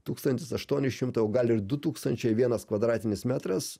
tūkstantis aštuoni šimtai o gal ir du tūkstančiai vienas kvadratinis metras